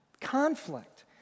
conflict